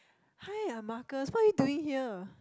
hi I'm Marcus what are you doing here